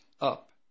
up